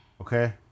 okay